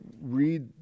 read